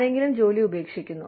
ആരെങ്കിലും ജോലി ഉപേക്ഷിക്കുന്നു